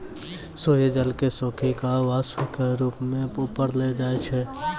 सूर्य जल क सोखी कॅ वाष्प के रूप म ऊपर ले जाय छै